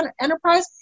Enterprise